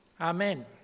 Amen